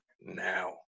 Now